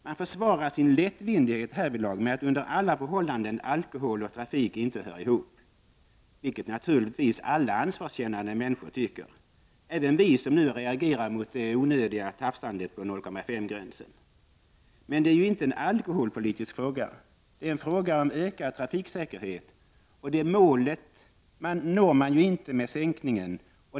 Man försvarar sin lättvindighet härvidlag med att under alla förhållanden alkohol och trafik inte hör ihop, vilket naturligtvis alla ansvarskännande människor tycker, även vi som nu reagerar mot det onödiga tafsandet på 0,5 promillegränsen. Men det är ju inte en alkoholpolitisk fråga — det är en fråga om ökad trafiksäkerhet, och det målet når man inte med sänkningen.